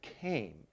came